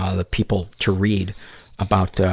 ah the people to read about, ah,